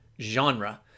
genre